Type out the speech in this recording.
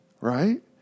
Right